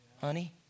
honey